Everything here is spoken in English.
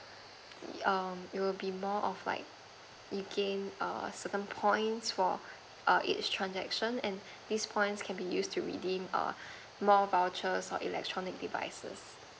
um it will be more of like you gain err certain points for err each transaction and these points can be used to redeem err more voucher or electronic devices